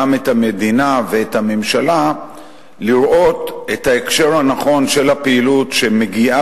את המדינה ואת הממשלה לראות את ההקשר הנכון של הפעילות שמגיעה